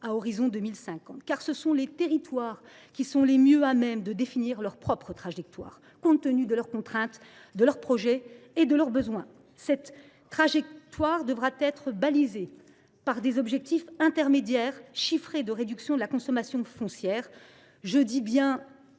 à horizon 2050. Car ce sont les territoires qui sont les mieux à même de définir leur propre trajectoire, compte tenu de leurs contraintes, de leurs projets et de leurs besoins. Cette trajectoire devra être balisée par des objectifs intermédiaires chiffrés de réduction de la consommation foncière. Je dis bien